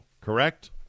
correct